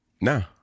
No